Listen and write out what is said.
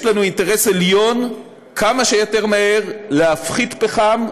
יש לנו אינטרס עליון כמה שיותר מהר להחליף פחם,